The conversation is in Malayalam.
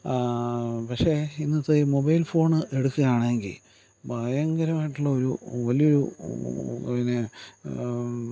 പക്ഷെ ഇന്നത്തെ മൊബൈൽ ഫോൺ എടുക്കുകയാണെങ്കിൽ ഭയങ്കരമായിട്ടുള്ളൊരു വലിയ ഒരു പിന്നെ